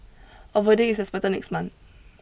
a verdict is expected next month